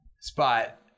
spot